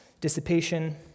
Dissipation